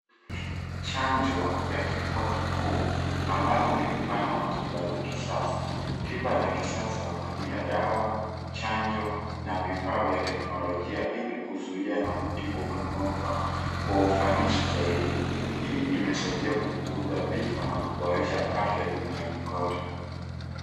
Chanjo ya kifua kikuu ambayo ni mfano was tiba za kisasa. Tiba za kisasa hutumia dawa chanjo na vifaa vya teknolojia ili kuzuia na kutibu magonjwa kwa ufanisi zaidi. Hii imesaidia kupunguza vifo na kuboresha afya duniani kote.